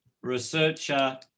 researcher